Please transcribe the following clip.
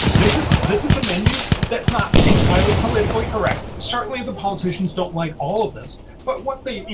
this is this is a menu that's not entirely politically correct. certainly the politicians don't like all of this but what they, you